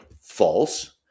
false